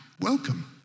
welcome